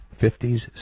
fifties